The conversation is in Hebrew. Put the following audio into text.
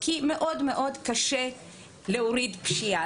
כי מאוד-מאוד קשה להוריד פשיעה,